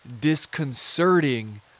disconcerting